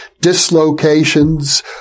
dislocations